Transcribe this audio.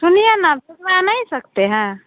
सुनिए ना भिजवा नहीं सकते हैं